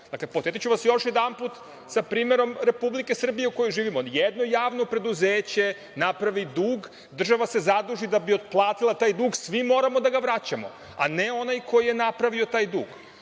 pogrešno. Podsetiću vas još jedanput sa primerom Republike Srbije u kojoj živimo. Jedno javno preduzeće napravi dug, država se zaduži da bi otplatila taj dug, svi moramo da ga vraćamo, a ne onaj ko je napravio taj dug.